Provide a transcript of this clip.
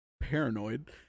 paranoid